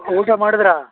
ಊಟ ಮಾಡಿದ್ರಾ